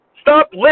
Stop